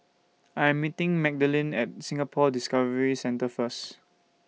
I'm meeting Magdalene At Singapore Discovery Centre First